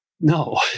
No